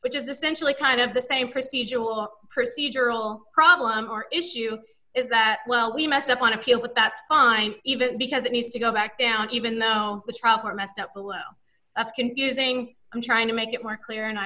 which is essentially kind of the same procedural or procedural problem or issue is that well we messed up on appeal but that's fine even because it needs to go back down even though it's proper messed up and that's confusing i'm trying to make it more clear and i